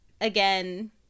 again